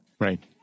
Right